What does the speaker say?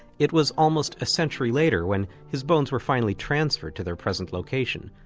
it was almost a century later when his bones were finally transferred to their present location,